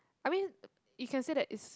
I mean uh you can say that is